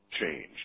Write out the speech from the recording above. change